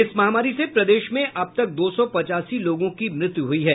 इस महामारी से प्रदेश में अब तक दो सौ पचासी लोगों की मृत्यु हुई है